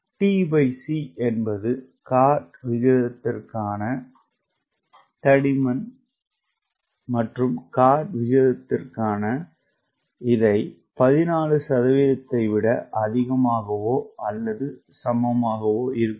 tc என்பது chord விகிதத்திற்கான தடிமன் மற்றும் இது 14 சதவீதத்தை விட அதிகமாகவோ அல்லது சமமாகவோ இருக்கும்